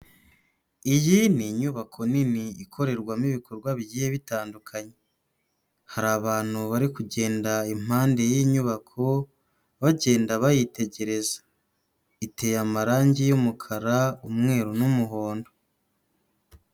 Iyi ni inyubako nini ikorerwamo ibikorwa bigiye bitandukanye, hari abantu bari kugenda impande y'inyubako, bagenda bayitegereza, iteye amarangi y'umukara, umweru n'umuhondo.